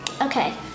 Okay